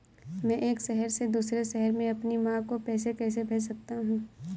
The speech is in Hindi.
मैं एक शहर से दूसरे शहर में अपनी माँ को पैसे कैसे भेज सकता हूँ?